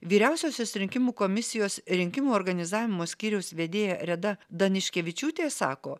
vyriausiosios rinkimų komisijos rinkimų organizavimo skyriaus vedėja reda daniškevičiūtė sako